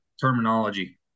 terminology